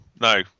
No